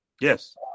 Yes